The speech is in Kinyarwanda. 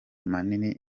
manini